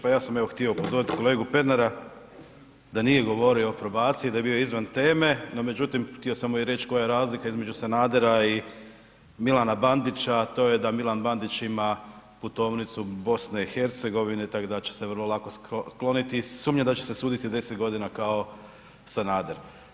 Pa ja sam htio upozoriti kolegu Pernara da nije govorio o probaciji, da je bio izvan teme no međutim htio sam mu i reći koja je razlika između Sanadera i Milana Bandića to je da Milan Bandić ima putovnicu BiH-a tako da će se vrlo lako skloniti, sumnjam da će se suditi 10 g. kao Sanader.